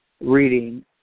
reading